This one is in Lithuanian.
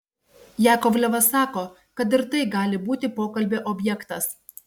jakovlevas sako kad ir tai gali būti pokalbio objektas